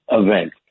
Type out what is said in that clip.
event